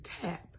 tap